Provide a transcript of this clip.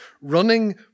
running